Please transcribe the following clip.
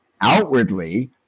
outwardly